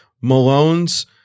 Malone's